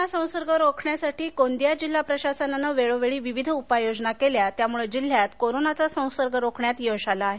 corona संसर्ग रोखण्यासाठी गोंदिया जिल्हा प्रशासनानं वेळोवेळी विविध उपाययोजना केल्या त्यामुळे जिल्ह्यात कोरोनाचा संसर्ग रोखण्यात यश आलं आहे